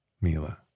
Mila